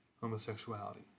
homosexuality